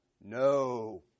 no